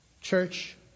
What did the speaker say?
church